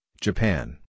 Japan